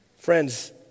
Friends